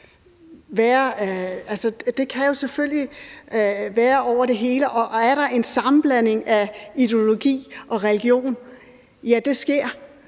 kan selvfølgelig være over det hele, og er der en sammenblanding af ideologi og religion? Ja, det sker